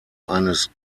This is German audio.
eines